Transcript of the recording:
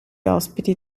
ospiti